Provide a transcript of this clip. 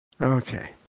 Okay